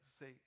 say